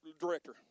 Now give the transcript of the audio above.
director